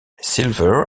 silver